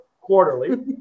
quarterly